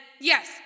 yes